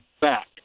Back